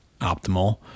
optimal